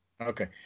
Okay